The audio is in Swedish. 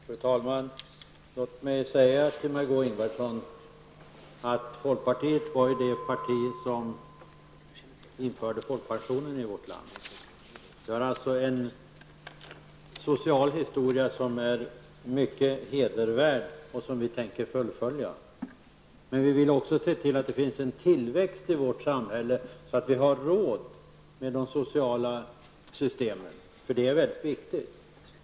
Fru talman! Låt mig säga till Margó Ingvardsson att folkpartiet var det parti som införde folkpensionen i vårt land. Vi har alltså en social historia som är mycket hedervärd och som vi tänker fullfölja. Men vi vill också se till att det finns en tllväxt i vårt samhälle, så att vi har råd med de sociala systemen. Det är mycket viktigt.